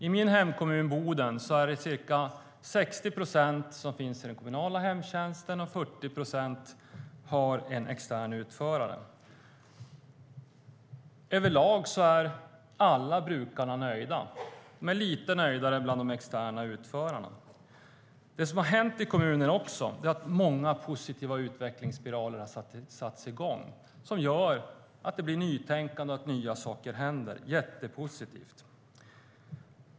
I min hemkommun Boden är det ca 60 procent som finns i den kommunala hemtjänsten och 40 procent som har en extern utförare. Över lag är alla brukare nöjda, men lite nöjdare är de hos de externa utförarna. Det som också har hänt i kommunen är att många positiva utvecklingsspiraler har satts i gång som gör att det blir ett nytänkande och att nya saker händer - jättepositivt.